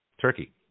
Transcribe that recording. Turkey